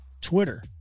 Twitter